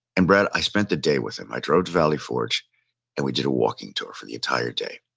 and, brett, i spent the day with him. i drove to valley forge and we did a walking tour for the entire day.